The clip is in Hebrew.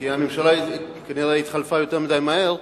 כי הממשלה כנראה התחלפה יותר מדי מהר.